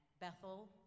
Bethel